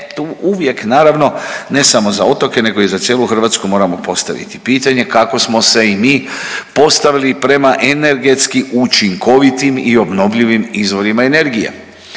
uvijek naravno ne samo za otoke nego i za cijelu Hrvatsku moramo postaviti pitanje kako smo se i mi postavili prema energetski učinkovitim i obnovljivim izvorima energije.